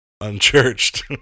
unchurched